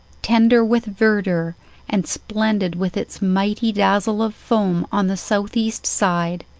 tender with verdure and splendid with its mighty dazzle of foam on the south east side,